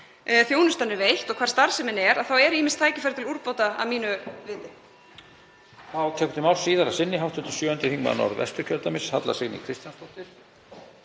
þjónustan er veitt og hvar starfsemin er þá eru ýmis tækifæri til úrbóta að mínu viti.